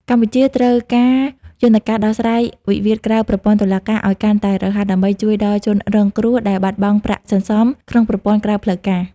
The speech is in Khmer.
កម្ពុជាត្រូវការយន្តការដោះស្រាយវិវាទក្រៅប្រព័ន្ធតុលាការឱ្យកាន់តែរហ័ស ដើម្បីជួយដល់ជនរងគ្រោះដែលបាត់បង់ប្រាក់សន្សំក្នុងប្រព័ន្ធក្រៅផ្លូវការ។